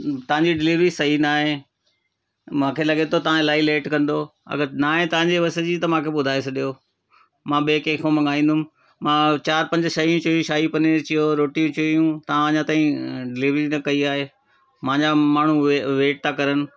तव्हांजी डिलीवरी सही न आहे मूंखे लॻे थो तव्हां इलाही लेट कंदो अगरि न आहे तव्हांजे बस जी त मूंखे ॿुधाए छॾियो मां ॿिए कंहिंखां मंगाईंदमि मां चार पंज शयूं शाही पनीर चयो रोटी चयूं तव्हां अञा ताईं डिलीवरी न कई आहे मुंहिंजा माण्हू वे वेट था करनि